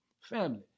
Family